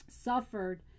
suffered